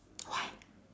why